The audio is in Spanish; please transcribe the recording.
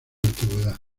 antigüedad